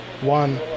one